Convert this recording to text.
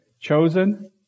Chosen